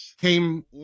came